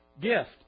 Gift